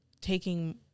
taking